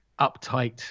uptight